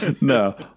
No